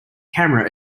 camera